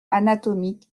anatomique